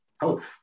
health